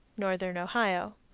northern ohio.